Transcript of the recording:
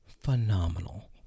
phenomenal